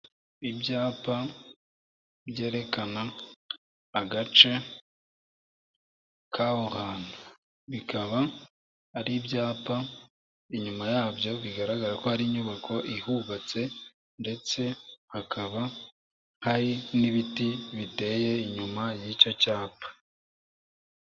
Ibyapa byerekana agace k'aho hantu. Bikaba ari ibyapa inyuma yabyo bigaragara ko hari inyubako ihubatse ndetse hakaba hari n'ibiti biteye inyuma y'icyo cyapa.